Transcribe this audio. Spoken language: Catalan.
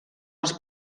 els